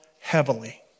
heavily